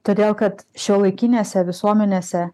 todėl kad šiuolaikinėse visuomenėse